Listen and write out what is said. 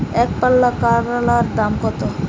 একপাল্লা করলার দাম কত?